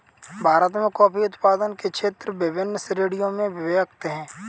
भारत में कॉफी उत्पादन के क्षेत्र विभिन्न श्रेणियों में विभक्त हैं